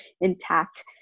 intact